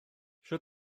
sut